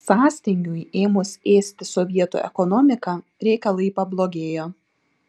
sąstingiui ėmus ėsti sovietų ekonomiką reikalai pablogėjo